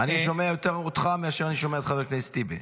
אני שומע אותך יותר מאשר אני שומע את חבר הכנסת טיבי.